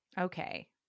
Okay